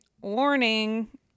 warning